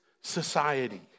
society